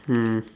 mm